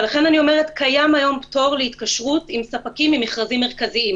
ולכן אני אומרת שקיים היום פטור להתקשרות עם ספקים ממכרזים מרכזיים.